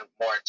more